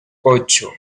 ocho